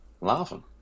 Laughing